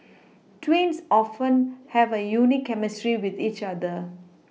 twins often have a unique chemistry with each other